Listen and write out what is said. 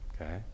Okay